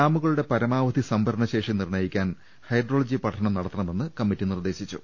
ഡാമുകളുടെ പരമാവധി സംഭരണശേഷി നിർണയിക്കാൻ ഹൈഡ്രോളജി പഠനം നടത്തണമെന്ന് കമ്മിറ്റി നിർദ്ദേശിച്ചു